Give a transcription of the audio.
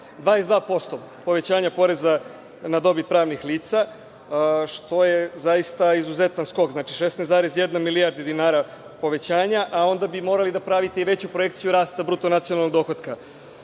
22% povećanja poreza na dobit pravnih lica, što je zaista izuzetan skok, znači, 16,1 milijardu dinara povećanja, a onda bi morali da pravite i veću projekciju rasta bruto nacionalnog dohotka,